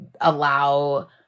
allow